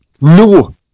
No